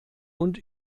und